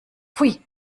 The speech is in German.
pfui